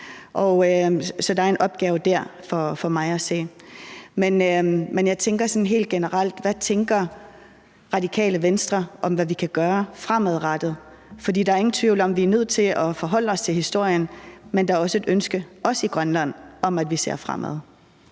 Så der er for mig at se en opgave der. Men sådan helt generelt: Hvad tænker Radikale Venstre om, hvad vi kan gøre fremadrettet? For der er ingen tvivl om, at vi er nødt til at forholde os til historien, men der er også i Grønland et ønske om, at vi ser fremad.